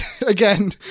again